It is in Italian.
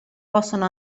possono